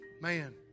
Man